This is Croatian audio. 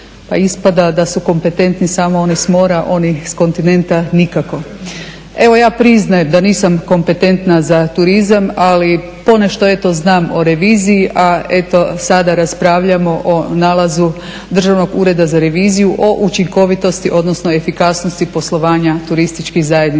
Pa ispada da su kompetentni samo oni s mora, oni s kontinenta nikako. Evo ja priznajem da nisam kompetentna za turizam, ali ponešto eto znam o reviziji, a eto sada raspravljamo o nalazu Državnog ureda za reviziju o učinkovitosti odnosno efikasnosti poslovanja turističkih zajednica